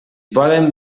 poden